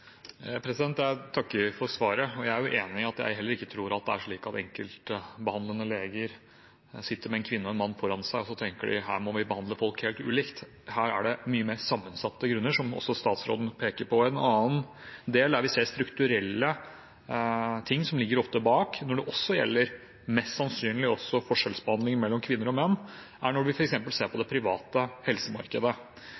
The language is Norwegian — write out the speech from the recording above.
Jeg takker for svaret, og jeg er enig med hensyn til at heller ikke jeg tror at det er slik at enkelte behandlende leger sitter med en kvinne og en mann foran seg og tenker: Her må vi behandle folk helt ulikt. Her er det mye mer sammensatte grunner, som også statsråden peker på. Et annet sted der vi ser strukturelle ting som ofte ligger bak når det også gjelder – mest sannsynlig – forskjellsbehandling mellom kvinner og menn, er